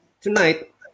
tonight